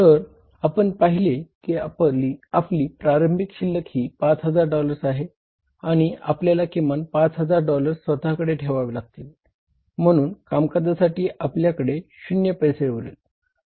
तर आपण पाहिले की आपली पारंभीक शिल्लक ही 5000 डॉलर्स आहे आणि आपल्याला किमान 5000 डॉलर्स स्वतःकड़े ठेवावे लागतील म्हणून कामकाजासाठी आपल्याकडे शून्य पैसे उरले